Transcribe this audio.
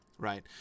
right